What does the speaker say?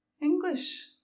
English